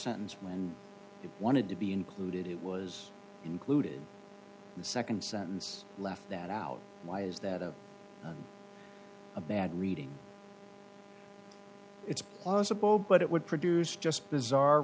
sentence when it wanted to be included it was included in the nd sentence left that out why is that a bad reading it's possible but it would produce just bizarre